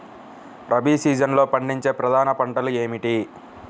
రబీ సీజన్లో పండించే ప్రధాన పంటలు ఏమిటీ?